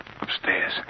upstairs